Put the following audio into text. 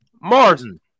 Martin